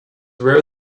rare